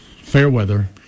Fairweather